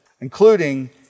including